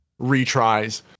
retries